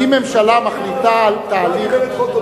אם ממשלה מחליטה על תהליך,